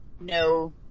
no